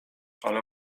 ale